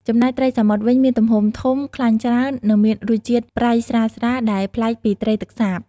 ចំណែកត្រីសមុទ្រវិញមានទំហំធំ ខ្លាញ់ច្រើន និងមានរសជាតិប្រៃស្រាលៗដែលប្លែកពីត្រីទឹកសាប។